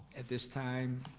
at this time,